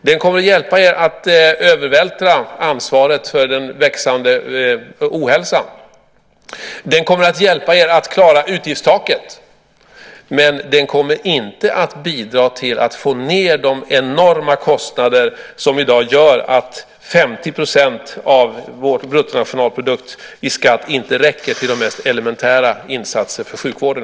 Den kommer att hjälpa er att övervältra ansvaret för den växande ohälsan och att klara utgiftstaket, men den kommer inte att bidra till att få ned de enorma kostnader som i dag gör att 50 % av vår bruttonationalprodukt i skatt inte ens räcker till de mest elementära insatser för sjukvården.